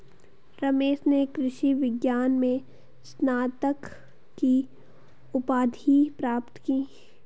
रमेश ने कृषि विज्ञान में स्नातक की उपाधि प्राप्त की